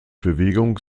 bewegung